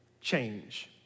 change